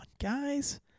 guys